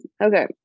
Okay